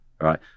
Right